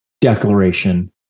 declaration